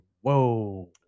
Whoa